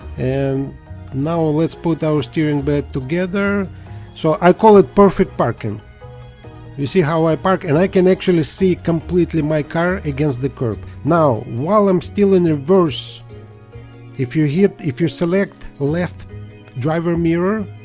and now let's put our steering back together so i call it perfect parking you see how i park and i can actually see completely my car against the curb now while i'm still in reverse if you hit if you select left driver mirror